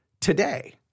today